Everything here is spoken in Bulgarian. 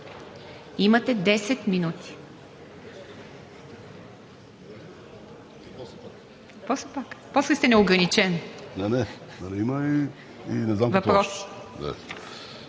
Имате 10 минути.